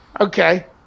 Okay